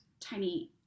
tiny